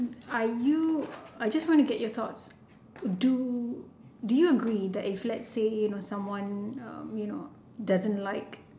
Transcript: are you I just want to get your thoughts do did you agree that let's say if someone you know doesn't like